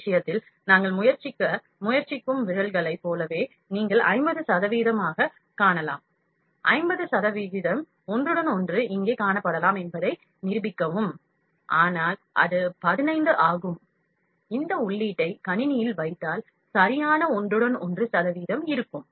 இந்த விஷயத்தில் நாங்கள் முயற்சிக்க முயற்சிக்கும் விரல்களைப் போலவே நீங்கள் 50 சதவிகிதம் காணலாம் 50 சதவிகிதம் ஒன்றுடன் ஒன்று இங்கே காணப்படலாம் என்பதை நிரூபிக்கவும் ஆனால் அது 15 ஆகும் இந்த உள்ளீட்டை கணினியில் வைத்தால் சரியான ஒன்றுடன் ஒன்று சதவீதம் இருக்கும்